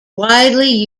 widely